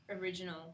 original